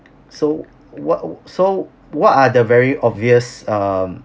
so what so what are the very obvious um